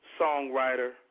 songwriter